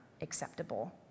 acceptable